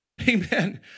Amen